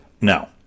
No